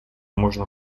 можно